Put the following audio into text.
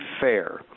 fair